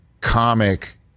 comic